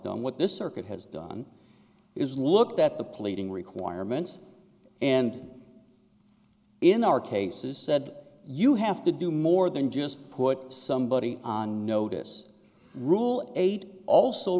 done what this circuit has done is looked at the pleading requirements and in our cases said you have to do more than just put somebody on notice rule eight also